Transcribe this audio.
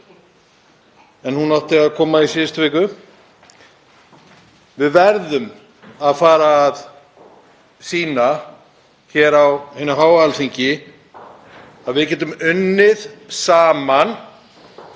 en svarið átti að koma í síðustu viku. Við verðum að fara að sýna hér á hinu háa Alþingi að við getum unnið saman